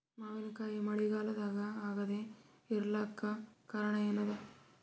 ಮಾವಿನಕಾಯಿ ಮಳಿಗಾಲದಾಗ ಆಗದೆ ಇರಲಾಕ ಕಾರಣ ಏನದ?